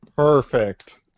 Perfect